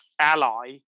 ally